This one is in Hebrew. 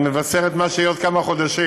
זה מבשר את מה שיהיה בעוד כמה חודשים.